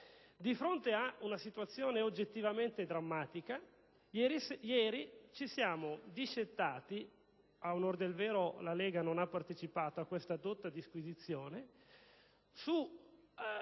Di fronte ad una situazione oggettivamente drammatica, ieri abbiamo discettato - ad onor del vero la Lega non ha partecipato a questa dotta disquisizione - su